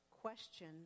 question